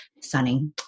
sunny